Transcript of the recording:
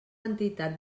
entitat